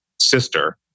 sister